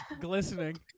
glistening